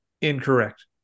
Incorrect